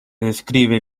describe